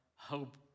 hope